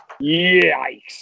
Yikes